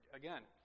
again